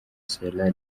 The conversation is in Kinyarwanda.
sierra